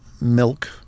milk